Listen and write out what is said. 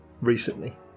recently